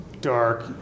dark